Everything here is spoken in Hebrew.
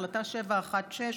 החלטה 716,